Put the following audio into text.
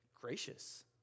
gracious